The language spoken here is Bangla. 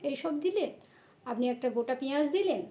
এইসব দিলেন আপনি একটা গোটা পেঁয়াজ দিলেন